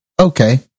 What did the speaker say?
Okay